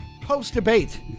post-debate